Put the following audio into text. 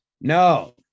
No